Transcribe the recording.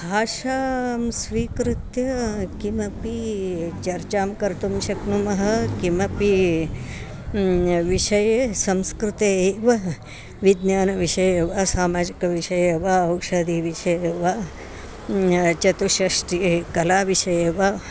भाषां स्वीकृत्य किमपि चर्चां कर्तुं शक्नुमः किमपि विषये संस्कृते एव विज्ञानविषये वा सामाजिकविषये वा औषधिविषये वा चतुष्षष्टिः कलाविषये वा